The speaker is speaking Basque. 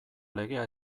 legea